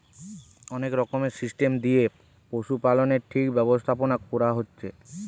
অনেক রকমের সিস্টেম দিয়ে পশুপালনের ঠিক ব্যবস্থাপোনা কোরা হচ্ছে